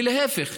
ולהפך,